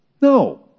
No